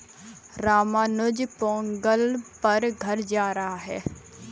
रामानुज पोंगल पर घर जा रहा है